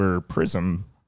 Prism